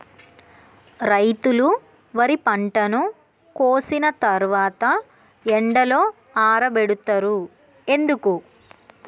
రైతులు వరి పంటను కోసిన తర్వాత ఎండలో ఆరబెడుతరు ఎందుకు?